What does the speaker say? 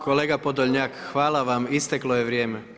Kolega Podolnjak, hvala vam, isteklo je vrijeme,